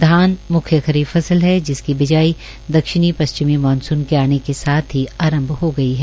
धान मुख्य खरीफ फस्ल है जिसकी बिजाई दक्षिणी पश्चिमी मानसून के आने के साथ ही आरंभ हो गई है